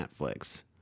Netflix